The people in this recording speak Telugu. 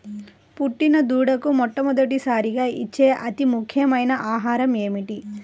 పుట్టిన దూడకు మొట్టమొదటిసారిగా ఇచ్చే అతి ముఖ్యమైన ఆహారము ఏంటి?